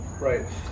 right